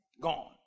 gone